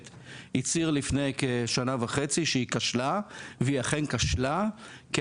הצהיר לפני כשנה וחצי שהיא כשלה והיא אכן כשלה כי